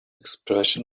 expression